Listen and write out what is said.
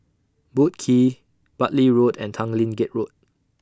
Boat Quay Bartley Road and Tanglin Gate Road